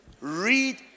Read